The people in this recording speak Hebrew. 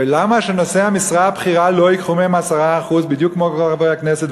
ולמה שנושאי המשרה הבכירה לא ייקחו מהם 10% בדיוק כמו מכל חברי הכנסת?